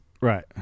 Right